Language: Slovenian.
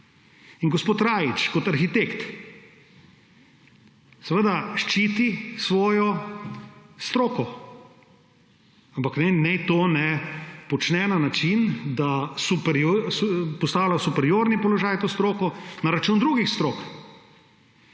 Gospod Rajić kot arhitekt seveda ščiti svojo stroko, ampak tega naj ne počne na način, da postavlja v superiorni položaj to stroko na račun drugih strok.